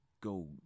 go